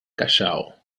callao